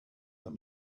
that